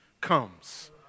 comes